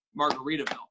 Margaritaville